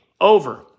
over